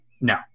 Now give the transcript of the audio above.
No